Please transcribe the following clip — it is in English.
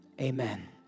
Amen